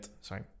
sorry